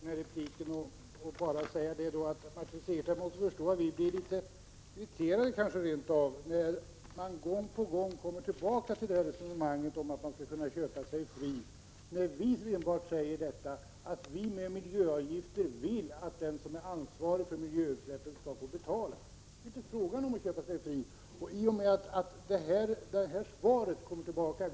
Herr talman! Jag skall fatta mig mycket kort i den här repliken. Martin Segerstedt måste förstå att vi blir litet irriterade när man gång på gång kommer tillbaka med talet om att företagen inte skall kunna köpa sig fria. Vi vill att den som är ansvarig för utsläpp skall få betala miljöavgift. Det är inte fråga om att köpa sig fri.